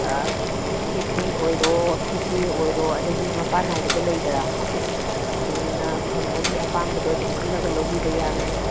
ꯈꯨꯔꯈꯨꯜ ꯑꯣꯏꯔꯣ ꯐꯤꯒꯦ ꯑꯣꯏꯔꯣ ꯑꯗꯒꯤ ꯃꯄꯥꯟ ꯅꯥꯏꯕꯗ ꯂꯩꯗꯅ ꯃꯈꯟ ꯑꯗꯨꯝꯅ ꯐꯪꯒꯅꯤ ꯑꯄꯥꯝꯕꯗꯣ ꯑꯗꯨꯝ ꯈꯜꯂꯒ ꯂꯧꯕꯤꯕ ꯌꯥꯒꯅꯤ